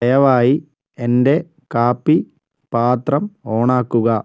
ദയവായി എന്റെ കാപ്പി പാത്രം ഓണാക്കുക